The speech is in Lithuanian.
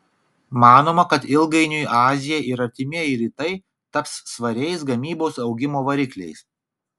manoma kad ilgainiui azija ir artimieji rytai taps svariais gamybos augimo varikliais